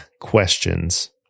questions